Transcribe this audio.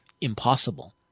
impossible